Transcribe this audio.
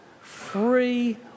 free